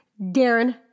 Darren